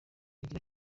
agira